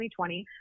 2020